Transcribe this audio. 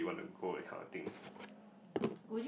want to go that kind of thing